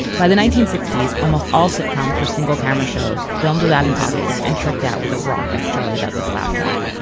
by the nineteen sixty s almost all sitcoms were single-camera shows filmed without an audience and tricked out with a raucous charlie douglas laugh track.